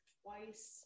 twice